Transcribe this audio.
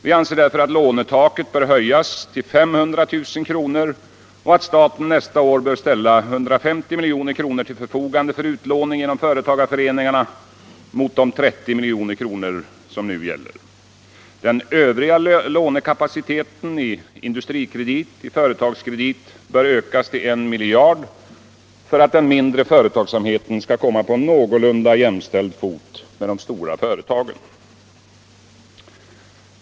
Vi anser att lånetaket bör höjas till 500 000 kronor och att staten nästa år bör ställa 150 milj.kr. till förfogande för utlåning genom företagarföreningarna mot 30 milj.kr. i år. Den övriga lånekapaciteten i Industrikredit och Företagskredit bör ökas till I miljard kronor för att den mindre företagsamheten skall komma på någorlunda jämställd fot med de stora företagen.